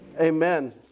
Amen